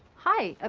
hi. ah